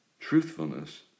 truthfulness